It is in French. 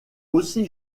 aussi